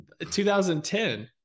2010